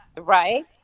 right